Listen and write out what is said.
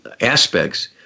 aspects